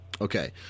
Okay